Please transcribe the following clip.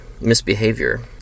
misbehavior